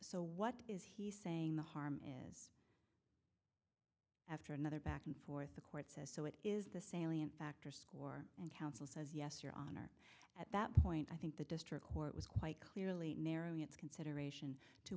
so what is he saying the harm is after another back and forth the court says so it is the salient factor score and counsel says yes your honor at that point i think the district court was quite clearly narrowing its consideration to